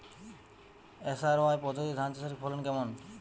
SRI পদ্ধতি ধান চাষের ফলন কেমন?